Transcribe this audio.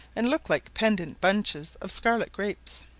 and look like pendent bunches of scarlet grapes.